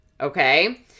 okay